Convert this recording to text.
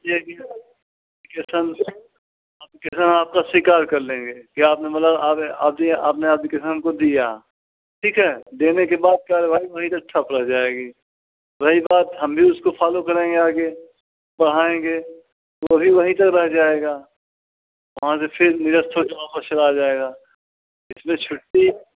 दिक्कत यह है कि अप्लिकेशन आपका स्वीकार लेंगे कि आपने मतलब आपने अबिकेशन को दिया ठीक है देने के बाद क्या है भाई वहीं से ठप लग जाएगी रही बात हम भी उसको फॉलो करेंगे आगे पढ़ाएंगे वह भी वहीं तक रह जाएगा और फिर मिरर छोड़ कर वापस चला जाएगा इसलिए छुट्टी